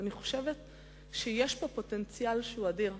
ואני חושבת שיש פה פוטנציאל אדיר.